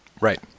Right